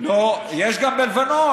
יש גם בלבנון.